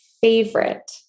favorite